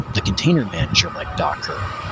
the container manager like docker,